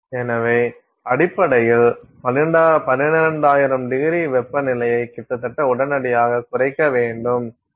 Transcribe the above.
எனவே அடிப்படையில் 12000º வெப்பநிலையை கிட்டத்தட்ட உடனடியாகக் குறைக்க வேண்டும்